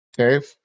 okay